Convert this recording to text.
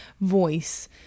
voice